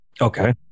Okay